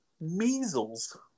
Measles